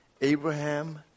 Abraham